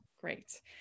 great